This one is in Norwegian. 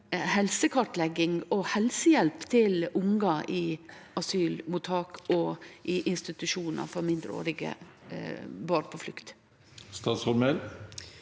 helsekartlegging og helsehjelp til ungar i asylmottak og i institusjonar for mindreårige barn på flukt? Statsråd